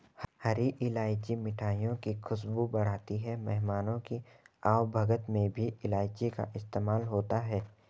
हरी इलायची मिठाइयों की खुशबू बढ़ाती है मेहमानों की आवभगत में भी इलायची का इस्तेमाल होता है